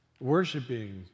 worshiping